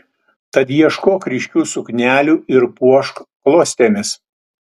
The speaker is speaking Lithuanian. tad ieškok ryškių suknelių ir puošk klostėmis